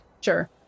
Sure